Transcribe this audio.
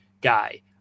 guy